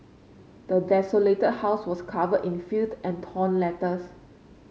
the desolated house was covered in filth and torn letters